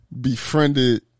befriended